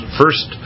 first